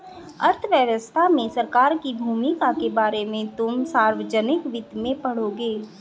अर्थव्यवस्था में सरकार की भूमिका के बारे में तुम सार्वजनिक वित्त में पढ़ोगे